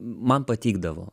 man patikdavo